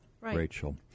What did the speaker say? Rachel